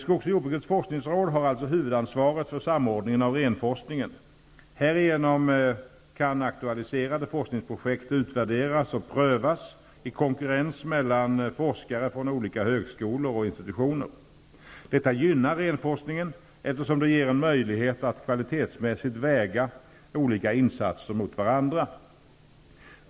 Skogs och jordbrukets forskningsråd har alltså huvudansvaret för samordningen av renforskningen. Härigenom kan aktualiserade forskningsprojekt utvärderas och prövas i konkurrens mellan forskare från olika högskolor och institutioner. Detta gynnar renforskningen, eftersom det ger en möjlighet att kvalitetsmässigt väga olika insatser mot varandra.